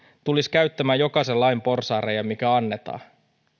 tulisivat käyttämään lain jokaisen porsaanreiän mikä annetaan